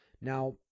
Now